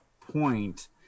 point